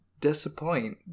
disappoint